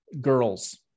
girls